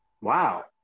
wow